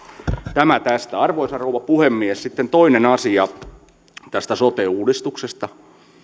tämä tästä arvoisa rouva puhemies sitten toinen asia tästä sote uudistuksesta